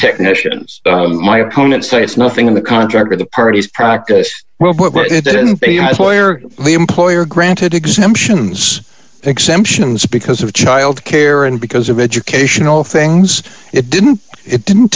technicians my opponent states nothing in the contract or the parties will put it didn't pay you as a lawyer the employer granted exemptions exemptions because of child care and because of educational things it didn't it didn't